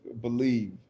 Believe